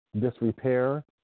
disrepair